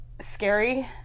scary